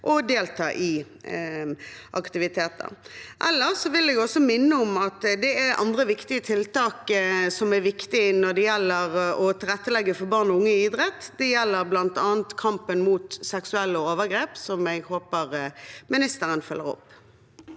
å delta i aktiviteter. Ellers vil jeg også minne om at det er andre tiltak som er viktige når det gjelder å tilrettelegge for barn og unge i idrett. Det gjelder bl.a. kampen mot seksuelle overgrep, som jeg håper ministeren følger opp.